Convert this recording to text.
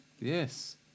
Yes